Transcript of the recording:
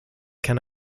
can